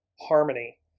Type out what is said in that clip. harmony